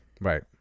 Right